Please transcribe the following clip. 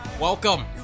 welcome